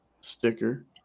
sticker